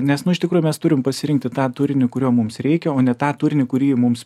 nes nu iš tikrųjų mes turim pasirinkti tą turinį kurio mums reikia o ne tą turinį kurį mums